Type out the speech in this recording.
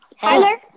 Tyler